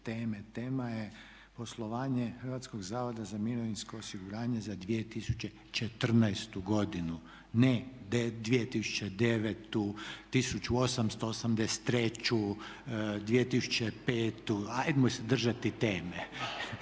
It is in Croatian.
Tema je poslovanje Hrvatskog zavoda za mirovinsko osiguranje za 2014. godinu, ne 2009., 1883., 2005. Hajmo se držati teme.